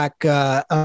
back